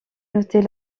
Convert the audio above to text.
noter